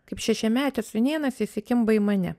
kaip šešiametis sūnėnas įsikimba į mane